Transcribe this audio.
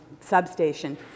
substation